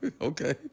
okay